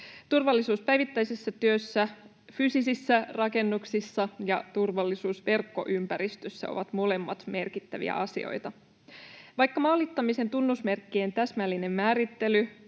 Turvallisuus päivittäisessä työssä fyysisessä rakennuksessa ja turvallisuus verkkoympäristössä ovat molemmat merkittäviä asioita. Vaikka maalittamisen tunnusmerkkien täsmällinen määrittely